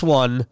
one